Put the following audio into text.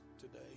today